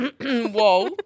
whoa